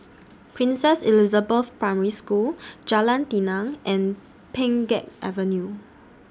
Princess Elizabeth Primary School Jalan Tenang and Pheng Geck Avenue